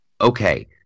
Okay